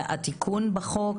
התיקון בחוק,